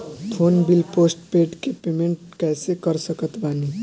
Phone bill postpaid के payment कैसे कर सकत बानी?